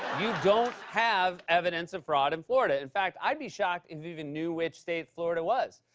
you don't have evidence of fraud in florida. in fact, i'd be shocked if you even knew which state florida was.